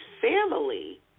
family